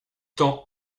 tend